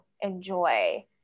enjoy